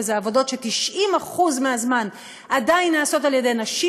ואלה עבודות ש-90% מהזמן עדיין נעשות על ידי נשים,